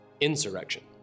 insurrection